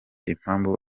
impamvu